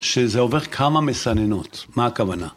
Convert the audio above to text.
שזה עובר כמה מסננות. מה הכוונה?